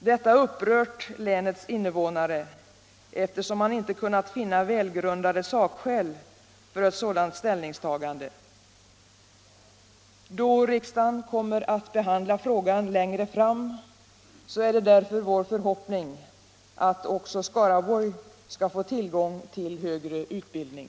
Detta har upprört länets invånare eftersom man inte kunnat finna välgrundade sakskäl för ett sådant ställningstagande. Då riksdagen kommer att behandla frågan längre fram är det därför vår förhoppning att också Skaraborg skall få tillgång till högre utbildning.